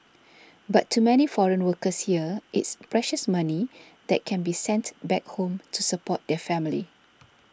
but to many foreign workers here it's precious money that can be sent back home to support their family